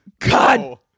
god